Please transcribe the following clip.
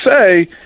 say